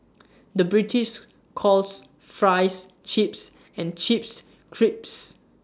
the British calls Fries Chips and Chips Crisps